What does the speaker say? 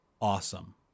awesome